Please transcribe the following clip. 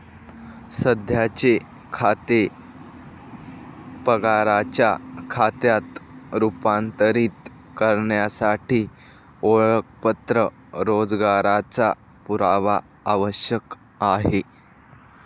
सध्याचे खाते पगाराच्या खात्यात रूपांतरित करण्यासाठी ओळखपत्र रोजगाराचा पुरावा आवश्यक आहे